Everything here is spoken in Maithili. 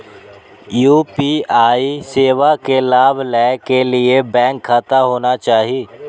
यू.पी.आई सेवा के लाभ लै के लिए बैंक खाता होना चाहि?